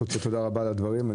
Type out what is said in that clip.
תודה רבה על הדברים.